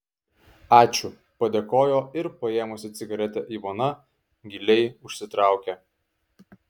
ačiū padėkojo ir paėmusi cigaretę ivona giliai užsitraukė